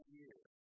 years